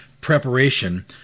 preparation